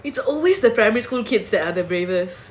it's always the primary school kids that are the bravest